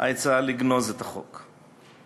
העצה לגנוז את החוק.